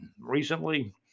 recently